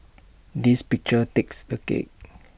this picture takes the cake